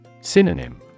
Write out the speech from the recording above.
Synonym